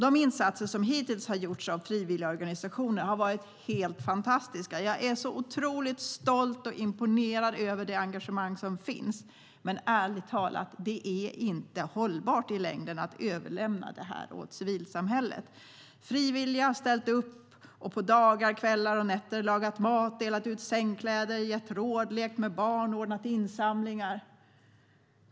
De insatser som hittills har gjorts av frivilligorganisationer har varit helt fantastiska. Jag är otroligt stolt och imponerad över det engagemang som finns. Men ärligt talat: Det är inte hållbart i längden att överlämna det här åt civilsamhället. Frivilliga har ställt upp och på dagar, kvällar och nätter lagat mat, delat ut sängkläder, gett råd, lekt med barn och ordnat insamlingar.